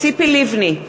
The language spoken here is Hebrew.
ציפי לבני,